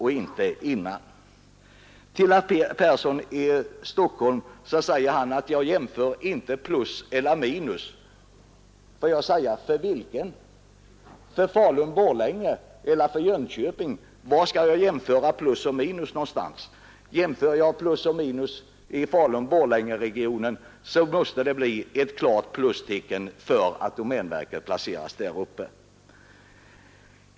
Herr Persson i Stockholm säger att jag inte jämför plus och minus. Får jag fråga: Var skall jag jämföra plus och minus? Jämför jag plus och minus i Falun-Borlängeregionen, så måste det bli ett klart plus för att domänverket placeras däruppe.